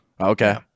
Okay